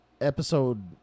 episode